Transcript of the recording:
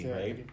right